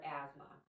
asthma